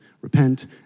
Repent